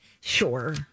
Sure